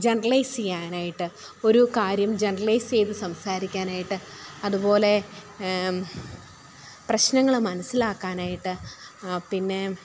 generalise ചെയ്യാനായിട്ട് ഒരു കാര്യം ജനറലൈസ് ചെയ്ത് സംസാരിക്കാനായിട്ട് അതുപോലെ പ്രശ്നങ്ങൾ മനസ്സിലാക്കാനായിട്ട് പിന്നെ